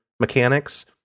Mechanics